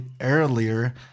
earlier